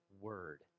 word